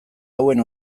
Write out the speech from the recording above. hauen